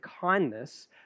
kindness